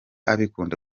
abikunda